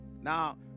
Now